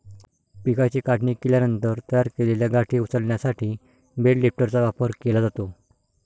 पिकाची काढणी केल्यानंतर तयार केलेल्या गाठी उचलण्यासाठी बेल लिफ्टरचा वापर केला जातो